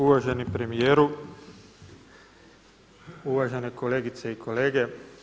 Uvaženi premijeru, uvažene kolegice i kolege.